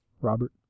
Robert